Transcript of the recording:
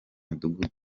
midugudu